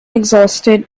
exhausted